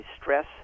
stress